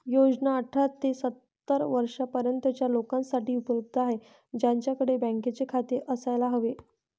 योजना अठरा ते सत्तर वर्षा पर्यंतच्या लोकांसाठी उपलब्ध आहे, त्यांच्याकडे बँकेचे खाते असायला हवे